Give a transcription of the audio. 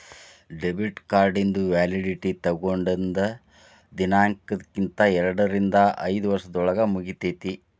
debit ಕಾರ್ಡಿಂದು validity ತೊಗೊಂಡದ್ ದಿನಾಂಕ್ದಿಂದ ಎರಡರಿಂದ ಐದ್ ವರ್ಷದೊಳಗ ಮುಗಿತೈತಿ